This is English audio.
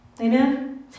Amen